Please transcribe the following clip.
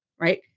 right